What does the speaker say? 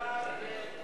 כהצעת הוועדה,